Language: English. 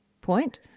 point